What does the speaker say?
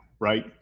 Right